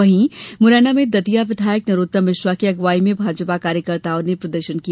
वहीं मुरैना में दतिया विधायक नरोत्तम मिश्रा की अगुवाई में भाजपा कार्यकर्ताओं ने प्रदर्शन किया